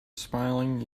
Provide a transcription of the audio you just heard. smiling